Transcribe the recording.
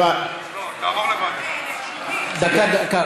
לא, דקה, דקה.